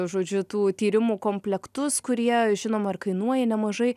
žodžiu tų tyrimų komplektus kurie žinoma ir kainuoja nemažai